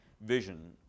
vision